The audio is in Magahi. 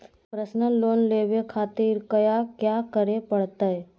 पर्सनल लोन लेवे खातिर कया क्या करे पड़तइ?